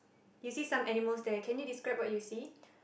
you see some animals there can you describe what you see